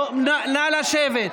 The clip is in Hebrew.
נא לשבת.